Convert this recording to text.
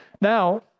Now